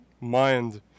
mind